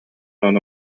ону